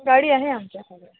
गाडी आहे आमच्याकडे